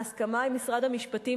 ההסכמה עם משרד המשפטים,